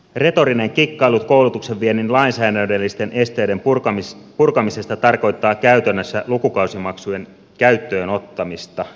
retorinen kikkailu koulutuksen viennin lainsäädännöllisten esteiden purkamisesta tarkoittaa käytännössä lukukausimaksujen käyttöönottamista